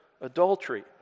adultery